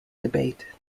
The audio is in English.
debate